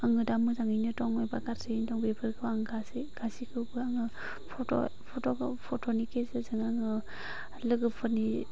आङो दा मोजाङैनो दं एबा गाज्रिङैनो दं बेफोरखौ आं गासै गासैखौबो आं फट' फट'कआव फट'नि गेजेरजों आङो लोगोफोरनि